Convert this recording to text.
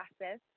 process